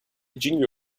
junior